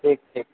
ଠିକ୍ ଠିକ୍